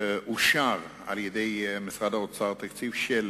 אישר משרד האוצר תקציב של